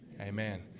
amen